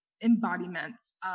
embodiments